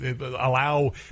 allow